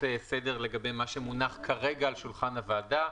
סדר לגבי מה שמונח כרגע על שולחן הוועדה.